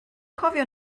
cofio